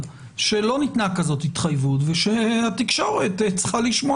וגם כמובן צריך לראות